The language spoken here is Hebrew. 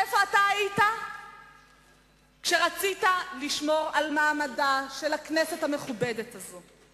איפה אתה היית כשרצית לשמור על מעמדה של הכנסת המכובדת הזאת?